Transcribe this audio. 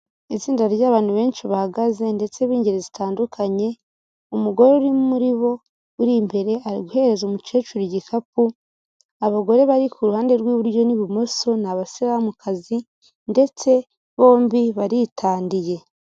Itsinda ry'abantu benshi bahagaze ndetse b'ingeri zitandukanye, umugore uri muri bo uri imbere ari guhereza umukecuru igikapu, abagore bari ku ruhande rw'iburyo n'ibumoso ni abasilamukazi ndetse bombi baritandiye.